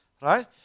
Right